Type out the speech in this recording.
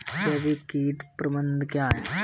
जैविक कीट प्रबंधन क्या है?